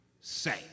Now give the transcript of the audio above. say